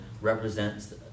represents